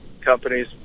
companies